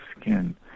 skin